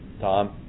Tom